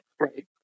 right